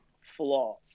flaws